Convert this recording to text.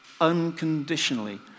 unconditionally